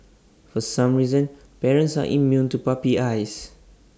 for some reason parents are immune to puppy eyes